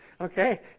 Okay